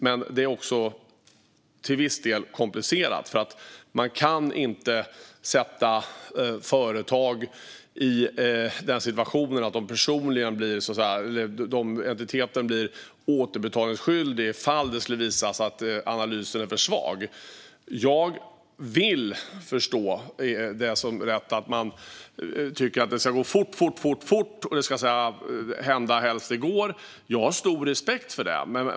Men det är också till viss del komplicerat eftersom man inte kan sätta företag i den situationen att de blir återbetalningsskyldiga ifall det skulle visa sig att analysen är för svag. Jag kan förstå att många tycker att det ska gå väldigt fort och att det ska hända helst i går. Jag har stor respekt för det.